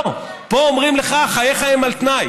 לא, פה אומרים לך: חייך הם על תנאי.